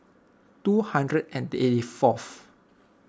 two hundred and eighty fourth